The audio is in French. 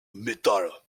metal